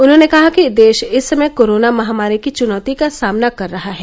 उन्होंने कहा कि देश इस समय कोरोना महामारी की चुनौती का सामना कर रहा है